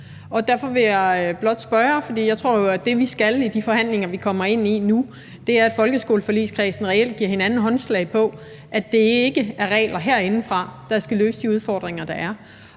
at løse det med flere regler. Jeg tror jo, at det, vi skal i de forhandlinger, vi kommer ind i nu, er i folkeskoleforligskredsen reelt at give hinanden håndslag på, at det ikke er regler herindefra, der skal løse de udfordringer, der er.